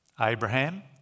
Abraham